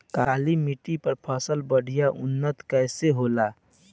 काली मिट्टी पर फसल बढ़िया उन्नत कैसे होला?